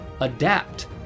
adapt